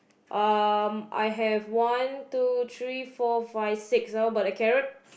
um I have one two three four five six ah but the carrot